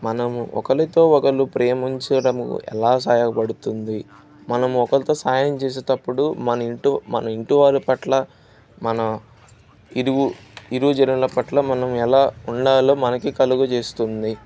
మనము ఒకరితో ఒకరు ప్రేమించడం ఎలా సహాయపడుతుంది మనం ఒకరితో సహాయం చేసేటప్పుడు మన ఇంటి మన ఇంటి వారి పట్ల మన ఇరుగు ఇరుగు జరుల పట్ల మనం ఎలా ఉండాలో మనకుకలుగజేస్తుంది